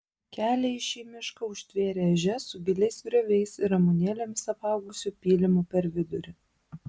kelią į šį mišką užtvėrė ežia su giliais grioviais ir ramunėlėmis apaugusiu pylimu per vidurį